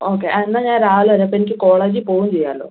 okay ആ എന്നാൽ ഞാൻ രാവിലെ വരാം അപ്പോൾ എനിക്ക് കോളേജിൽ പോവുകയും ചെയ്യാലോ